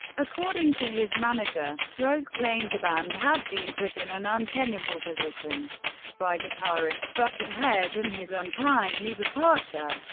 according to his manager. rose claimed the band has been put in an untenable position by guitarist buckethead and his untimely departure.